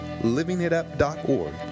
LivingItUp.org